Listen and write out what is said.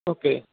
okay